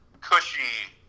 cushy